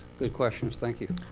good questions. thank you.